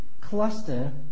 cluster